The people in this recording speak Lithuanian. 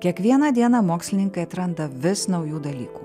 kiekvieną dieną mokslininkai atranda vis naujų dalykų